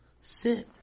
sit